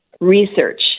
research